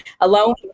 alone